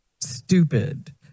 stupid